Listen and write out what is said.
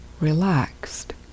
relaxed